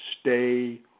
stay